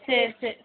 சரி சரி